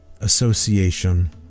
association